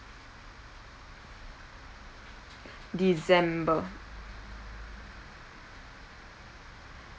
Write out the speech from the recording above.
december